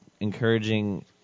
encouraging